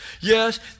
Yes